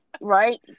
right